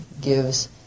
gives